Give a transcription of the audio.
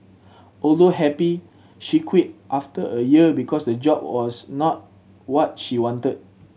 although happy she quit after a year because the job was not what she wanted